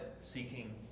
seeking